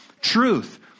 truth